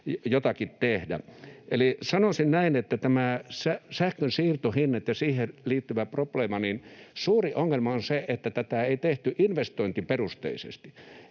jotakin tehdä. Eli sanoisin näin, että näissä sähkönsiirtohinnoissa ja siihen liittyvässä probleemassa suurin ongelma on se, että tätä ei tehty investointiperusteisesti.